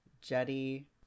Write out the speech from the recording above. jetty